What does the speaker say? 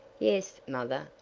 yes, mother,